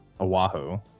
Oahu